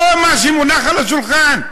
זה מה שמונח על השולחן.